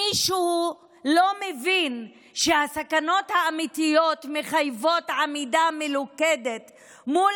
מישהו לא מבין שהסכנות האמיתיות מחייבות עמידה מלוכדת מול